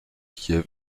kiev